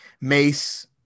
mace